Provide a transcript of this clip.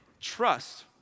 trust